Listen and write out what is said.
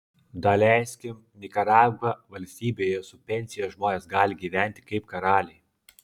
daleiskim nikaragva valstybėje su pensija žmonės gali gyventi kaip karaliai